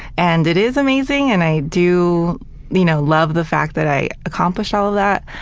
and it is amazing, and i do you know love the fact that i accomplished all of that.